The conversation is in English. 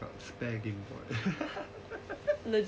I got spare gameboy